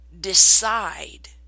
decide